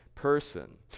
person